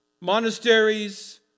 Monasteries